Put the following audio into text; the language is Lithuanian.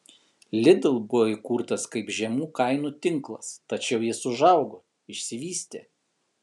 lidl buvo įkurtas kaip žemų kainų tinklas tačiau jis užaugo išsivystė